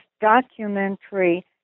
documentary